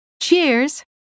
Cheers